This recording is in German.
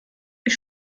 ich